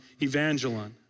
evangelon